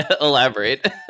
Elaborate